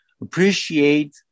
appreciate